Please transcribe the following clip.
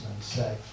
say